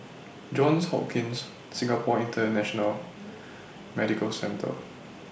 Johns Hopkins Singapore International Medical Centre